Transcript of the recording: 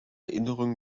erinnerungen